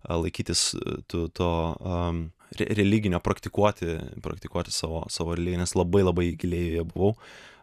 laikytis to to a religinio praktikuoti praktikuoti savo savo religines labai labai giliai joje buvau